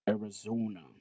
Arizona